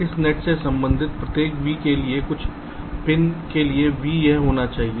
इस नेट से संबंधित प्रत्येक v के लिए कुछ पिन के लिए v यह होना चाहिए